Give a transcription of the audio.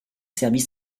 serbie